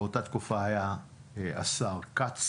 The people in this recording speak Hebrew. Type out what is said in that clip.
באותה תקופה היה השר כץ